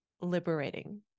liberating